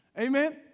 Amen